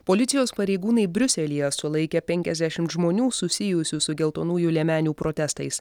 policijos pareigūnai briuselyje sulaikė penkiasdešimt žmonių susijusių su geltonųjų liemenių protestais